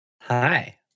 Hi